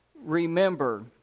remember